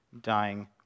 dying